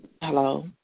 Hello